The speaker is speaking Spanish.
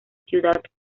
ciudad